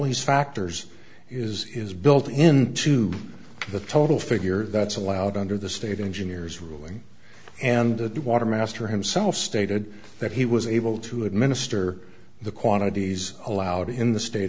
these factors is is built into the total figure that's allowed under the state engineers ruling and the water master himself stated that he was able to administer the quantities allowed in the state